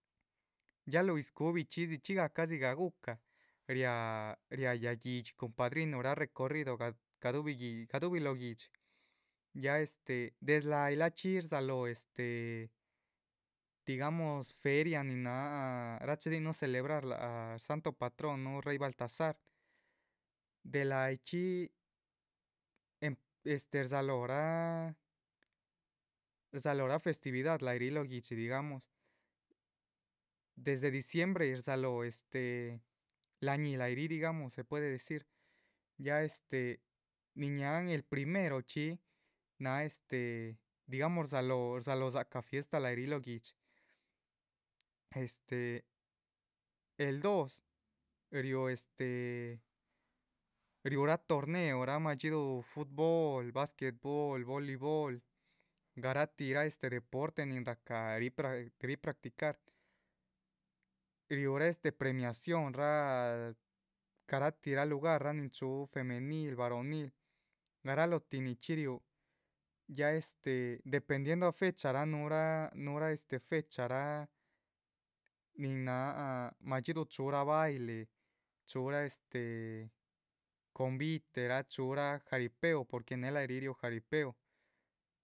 Ya lóho yíz cu´bichxi gahca dzxigah gucah riá riá yáh guídxi cun padrinuhra recorrido gaduh gaduhubi guihdxi, gaduhubi lóho guihdxi ya este desde láhayi láchxi. rdzáhaloh este digamos feria nin náha rachidihinuh celebrar laha santo patrohonuh rey baltazar, de láhayichxi em este rdzaholorah rdzahalorah festividad lahayih ri lóho guihdxi. digamos desde diciembre rdzahaloho este la´ñi láhayih ríh digamos se puede decir ya este nin ñáhaan el primero chxí náha este digamos rdzáhaloho rdzáhalodzacah fiesta. lah yíh ríh lóho guidxi este, el dos riu este riurah torneoraa madxídu fut bol, basquet bol, voli bol, garatih este deporte nin rahca ríh practicar riúhra este premiaciónra. ah garatihraa lugar nin chúhu femenil varonil, garaltih nichxí riúh, ya este dependiendo fecharaa núhurah, núhurah este fecharaa nin náha madxíduh chuhuraa baile, chúhurah. este conviteraa chuhurah jaripeo porque néhe laha yih ríh riurah jaripeo